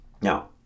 Now